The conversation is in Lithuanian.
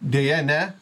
deja ne